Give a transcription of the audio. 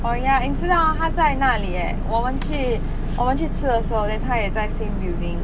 oh ya 你知道啊他在那里 eh 我们去我们去吃的时候 then 他也在 same building